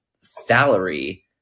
salary